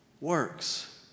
works